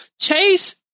Chase